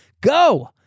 go